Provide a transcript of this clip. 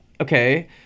okay